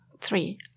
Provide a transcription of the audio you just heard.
Three